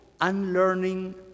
unlearning